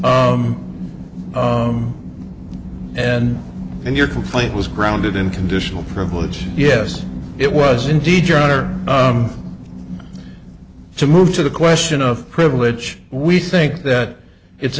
it and in your complaint was grounded in conditional privilege yes it was indeed your honor to move to the question of privilege we think that it's